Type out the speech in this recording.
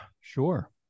sure